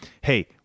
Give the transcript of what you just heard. hey